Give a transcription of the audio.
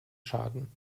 schaden